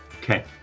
Okay